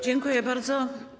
Dziękuję bardzo.